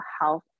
health